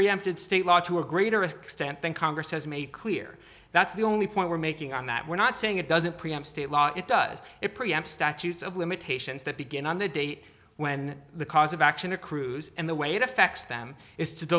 preempted state law to a greater a stent thing congress has made clear that's the only point we're making on that we're not saying it doesn't preempt state law it does it preempt statutes of limitations that begin on the date when the cause of action accrues and the way it affects them is to